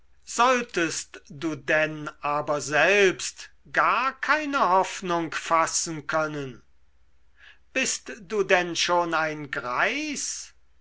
solltest du denn aber selbst gar keine hoffnung fassen können bist du denn schon ein greis